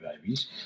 babies